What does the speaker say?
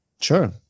Sure